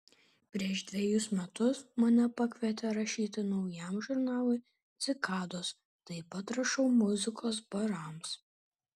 prieš dvejus metus mane pakvietė rašyti naujam žurnalui cikados taip pat rašau muzikos barams